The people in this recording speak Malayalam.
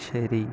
ശരി